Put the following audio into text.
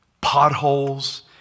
potholes